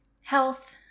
health